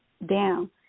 down